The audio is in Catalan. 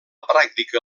pràctica